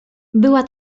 była